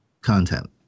content